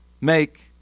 make